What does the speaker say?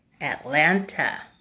Atlanta